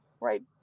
right